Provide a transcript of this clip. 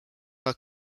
are